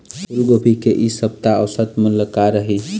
फूलगोभी के इ सप्ता औसत मूल्य का रही?